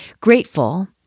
grateful